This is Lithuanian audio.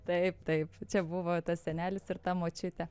taip taip čia buvo tas senelis ir ta močiutė